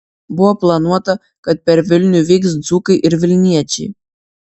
buvo planuota kad per vilnių vyks dzūkai ir vilniečiai